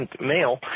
male